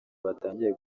batangiye